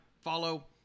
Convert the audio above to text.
follow